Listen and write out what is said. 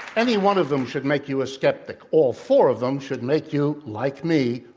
any one of them should make you a skeptic. all four of them should make you, like me,